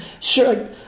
sure